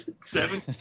seven